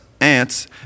ants